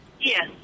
Yes